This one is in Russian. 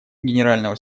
генерального